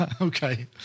Okay